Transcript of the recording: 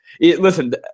listen